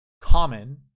common